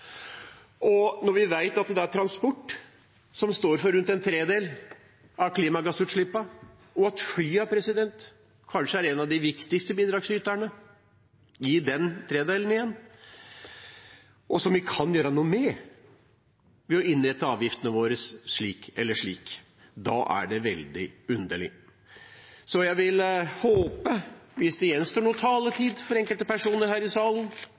om. Når vi vet at det er transport som står for rundt en tredel av klimagassutslippene – og at flyene kanskje er en av de viktigste bidragsyterne i den tredelen, som vi kan gjøre noe med ved å innrette avgiftene våre slik eller slik, er det veldig underlig. Jeg vil håpe, hvis det gjenstår noe taletid for enkelte personer her i salen,